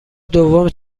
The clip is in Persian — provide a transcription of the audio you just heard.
دوم